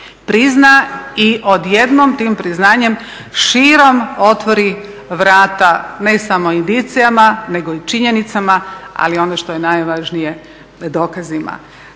prizna i odjednom tim priznanjem širom otvori vrata ne samo indicijama nego i činjenicama ali i ono što je najvažnije dokazima.